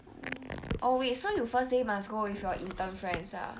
oh oh wait so you first day must go with your intern friends ah